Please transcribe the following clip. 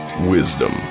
Wisdom